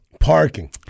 parking